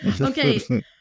okay